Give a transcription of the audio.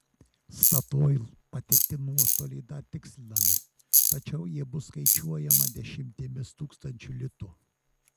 statoil patirti nuostoliai dar tikslinami tačiau jie bus skaičiuojama dešimtimis tūkstančių litų